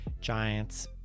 Giants